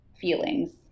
feelings